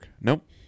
Nope